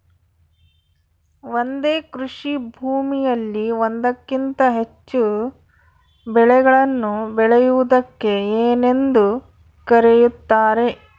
ಒಂದೇ ಕೃಷಿಭೂಮಿಯಲ್ಲಿ ಒಂದಕ್ಕಿಂತ ಹೆಚ್ಚು ಬೆಳೆಗಳನ್ನು ಬೆಳೆಯುವುದಕ್ಕೆ ಏನೆಂದು ಕರೆಯುತ್ತಾರೆ?